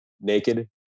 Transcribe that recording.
naked